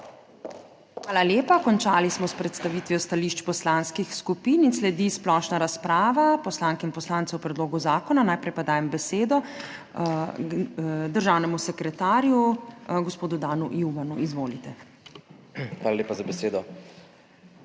Hvala lepa. Končali smo s predstavitvijo stališč poslanskih skupin in sledi splošna razprava poslank in poslancev o predlogu zakona. Najprej pa dajem besedo državnemu sekretarju, gospodu Danu Juvanu. Izvolite. DAN JUVAN